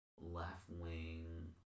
left-wing